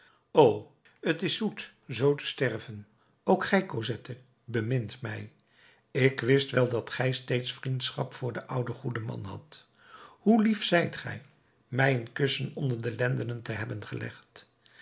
o t is zoet z te sterven ook gij cosette bemint mij ik wist wel dat gij steeds vriendschap voor den ouden goeden man hadt hoe lief zijt gij mij een kussen onder de lendenen te hebben gelegd